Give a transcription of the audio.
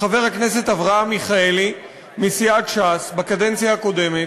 חבר הכנסת אברהם מיכאלי מסיעת ש"ס בקדנציה הקודמת.